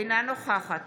אינה נוכחת